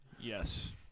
Yes